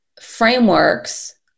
frameworks